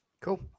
Cool